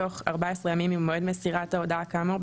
בתוך 14 ימים ממועד מסירת ההודעה כאמור,